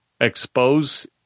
expose